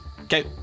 Okay